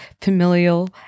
familial